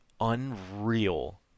unreal